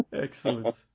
Excellent